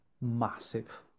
massive